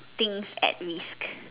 things at risk